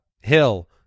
Hill